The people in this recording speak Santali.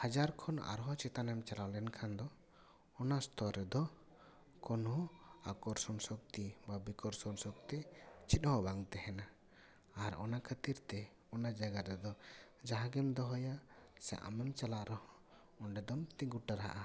ᱦᱟᱡᱟᱨ ᱠᱷᱚᱱ ᱟᱨᱦᱚᱸ ᱪᱮᱛᱟᱱᱮᱢ ᱪᱟᱞᱟᱣ ᱞᱮᱱᱠᱷᱟᱱ ᱫᱚ ᱚᱱᱟ ᱥᱛᱚᱨ ᱨᱮᱫᱚ ᱠᱳᱱᱳ ᱟᱠᱚᱨᱥᱚᱱ ᱥᱚᱠᱛᱤ ᱵᱟ ᱵᱤᱠᱚᱨᱥᱚᱱ ᱥᱚᱠᱛᱤ ᱪᱮᱫᱦᱚᱸ ᱵᱟᱝ ᱛᱟᱦᱮᱱᱟ ᱟᱨ ᱚᱱᱟ ᱠᱷᱟᱹᱛᱤᱨ ᱛᱮ ᱚᱱᱟ ᱡᱟᱭᱜᱟ ᱨᱮᱫᱚ ᱡᱟᱦᱟᱸ ᱜᱮᱢ ᱫᱚᱦᱚᱭᱟ ᱥᱮ ᱟᱢ ᱮᱢ ᱪᱟᱞᱟᱜ ᱨᱮᱦᱚᱸ ᱚᱸᱰᱮ ᱫᱚᱢ ᱛᱤᱸᱜᱩ ᱴᱟᱨᱦᱟᱜᱼᱟ